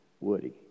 Woody